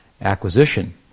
acquisition